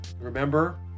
Remember